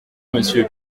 monsieur